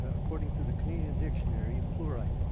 ah according to the canadian dixary of fluoride.